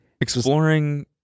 Exploring